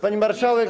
Pani Marszałek!